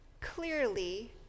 clearly